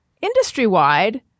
Industry-wide